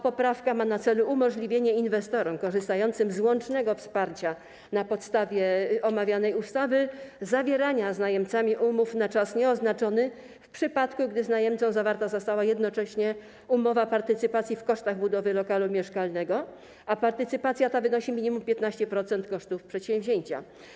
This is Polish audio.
Poprawka ma na celu umożliwienie inwestorom korzystającym z łącznego wsparcia na podstawie omawianej ustawy zawierania z najemcami umów na czas nieoznaczony w przypadku, gdy z najemcą zawarta została jednocześnie umowa partycypacji w kosztach budowy lokalu mieszkalnego, a partycypacja ta wynosi minimum 15% kosztów przedsięwzięcia.